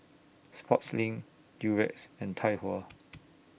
Sportslink Durex and Tai Hua